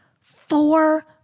four